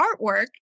artwork